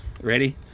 Ready